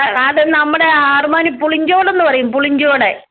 അത് നമ്മുടെ ആറുമാനു പുളിഞ്ചോടെന്ന് പറയും പുളിഞ്ചോടെ